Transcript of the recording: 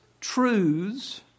truths